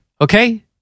Okay